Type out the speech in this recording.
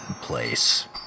Place